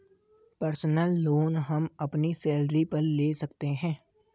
personal loan हम अपनी salary पर ले सकते है